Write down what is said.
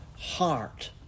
heart